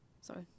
sorry